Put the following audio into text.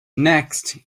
next